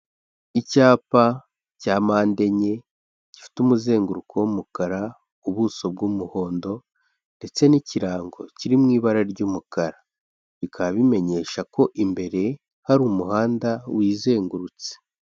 Icyapa cya mpande enye gifite umuzenguruko w'umukara, ubuso bw'umuhondo ndetse n'ikirango kiri mu ibara ry'umukara, bikaba bimenyesha ko imbere hari umuhanda wizengurutse.